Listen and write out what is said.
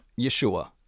Yeshua